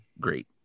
great